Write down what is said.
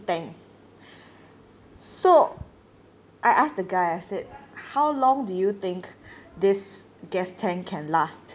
tank so I ask the guy I said how long do you think this gas tank can last